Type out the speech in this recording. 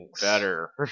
Better